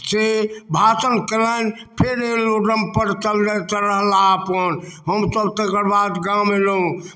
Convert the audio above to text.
से भाषण केलनि फेर एयरोड्राम पर चल जाइत रहलाह अपन हमसब तेकर बाद गाम अयलहुॅं